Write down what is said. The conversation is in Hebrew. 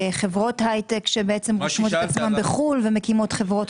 חברות הייטק שמוצאות עצמן בחו"ל ומקימות חברות